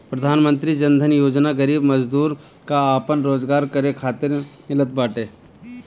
प्रधानमंत्री जन धन योजना गरीब मजदूर कअ आपन रोजगार करे खातिर मिलत बाटे